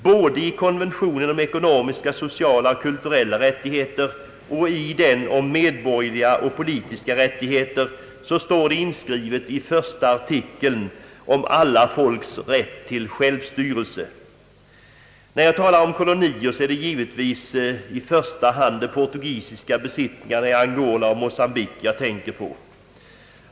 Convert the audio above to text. Både i konventionen om ekonomiska, sociala och kulturella rättigheter och i den om medborgerliga och politiska rättigheter står i första artikeln inskriven alla folks rätt till självstyrelse. När jag talar om kolonier är det givetvis i första hand de portugisiska besittningarna Angola och Mocambique som jag tänker på.